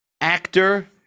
actor